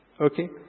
Okay